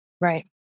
Right